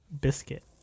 biscuit